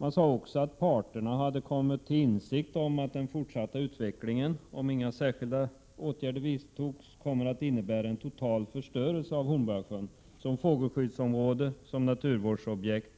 Man sade också att parterna hade kommit till insikt om att den fortsatta utvecklingen — om inga särskilda åtgärder vidtogs — skulle komma att innebära en total förstörelse av Hornborgasjön som fågelskyddsområde, som naturvårdsobjekt